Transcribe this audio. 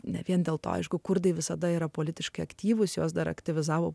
ne vien dėl to aišku kurdai visada yra politiškai aktyvūs juos dar aktyvizavo